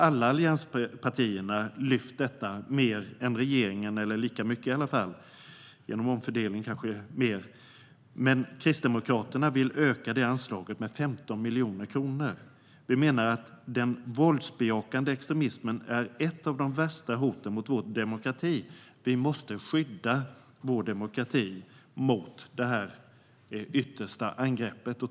Alla allianspartier har lyft detta mer än regeringen, eller lika mycket i alla fall. Genom omfördelning är det kanske mer. Kristdemokraterna vill öka det anslaget med 15 miljoner kronor. Vi menar att den våldsbejakande extremismen är ett av de värsta hoten mot vår demokrati. Vi måste skydda vår demokrati mot det yttersta angreppet.